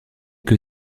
que